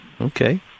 Okay